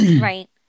Right